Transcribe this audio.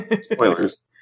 Spoilers